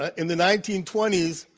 ah in the nineteen twenty s,